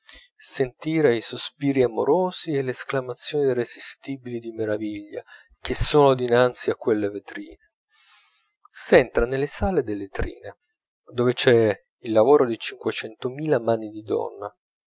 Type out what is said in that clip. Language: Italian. sentire i sospiri amorosi e le esclamazioni irresistibili di meraviglia che suonano dinanzi a quelle vetrine s'entra nelle sale delle trine dove c'è il lavoro di cinquecento mila mani di donna